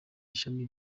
ishami